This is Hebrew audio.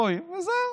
רואים וזהו.